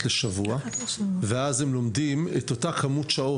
לשבוע ואז הם לומדים את אותה כמות שעות,